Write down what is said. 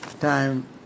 time